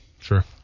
Sure